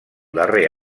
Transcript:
darrer